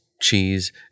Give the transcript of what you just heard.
cheese